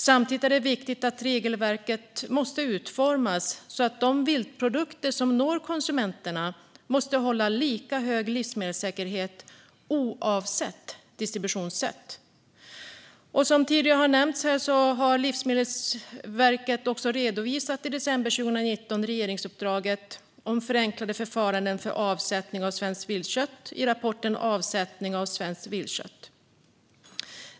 Samtidigt är det viktigt att regelverket utformas så att de viltprodukter som når konsumenten måste hålla lika hög livsmedelssäkerhet oavsett distributionssätt. Som tidigare nämnts här redovisade Livsmedelsverket i december 2019 regeringsuppdraget om förenklade förfaranden för avsättning för svenskt vildsvinskött i rapporten Avsättning av svenskt vildsvinskött .